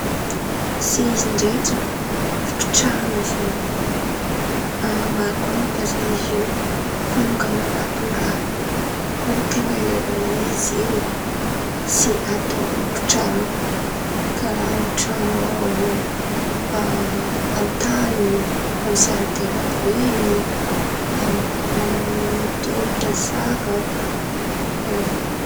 Sezy ndraiky, fipetrahan̈a zen̈y. Maro kà mampiasa izy io fanongan̈a an̈abo raha fa ny ten̈a ilaivan̈a izy zen̈y atao ipetrahan̈a karàha an-tran̈o ao, an-tan̈y, Amy zaridain̈a àby ren̈y, amy toeram-piasan̈a, karàha in̈y.